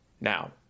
now